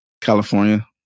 California